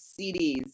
CDs